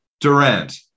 Durant